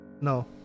No